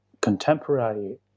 contemporary